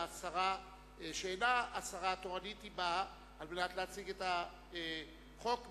השרה שאינה השרה התורנית באה להציג את החוק מטעמה.